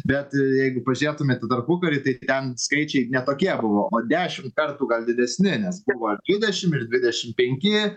bet jeigu pažiūrėtumėt į tarpukarį tai ten skaičiai ne tokie buvo o dešimt kartų gal didesni nes buvo ir dvidešim ir dvidešim penki